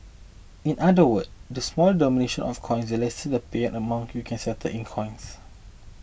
in other words the smaller the denomination of coins the lesser the payment amount you can settle in coins